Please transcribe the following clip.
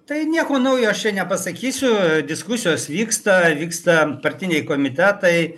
tai nieko naujo nepasakysiu diskusijos vyksta vyksta partiniai komitetai